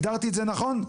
הגדרתי את זה נכון?